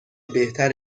بهتر